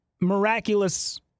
miraculous